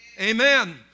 Amen